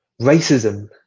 Racism